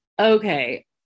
okay